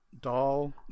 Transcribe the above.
doll